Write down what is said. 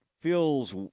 feels –